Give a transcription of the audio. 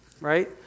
right